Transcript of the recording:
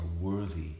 worthy